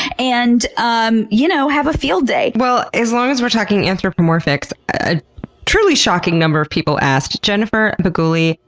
and um you know have a field day. well, as long as we're talking anthropomorphics, a truly shocking number of people asked jennifer baguley,